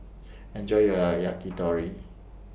Enjoy your Yakitori